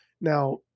Now